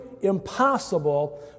impossible